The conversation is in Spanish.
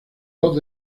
dos